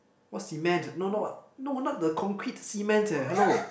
what cement no no no not the concrete cement leh hello